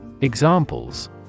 Examples